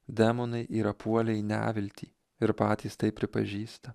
demonai yra puolę į neviltį ir patys tai pripažįsta